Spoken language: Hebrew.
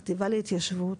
החטיבה להתיישבות